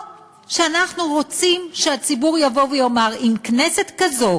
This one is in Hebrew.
או שאנחנו רוצים שהציבור יבוא ויאמר: עם כנסת כזאת,